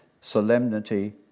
solemnity